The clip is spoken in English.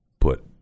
put